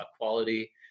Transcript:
quality